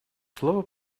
слово